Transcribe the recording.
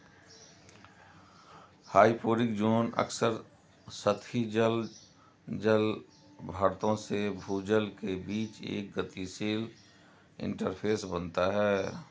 hyporheic zone अक्सर सतही जल जलभृतों से भूजल के बीच एक गतिशील इंटरफ़ेस बनाता है